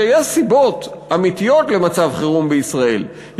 שיש סיבות אמיתיות למצב חירום בישראל.